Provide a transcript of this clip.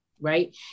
right